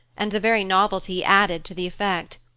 and the very novelty added to the effect.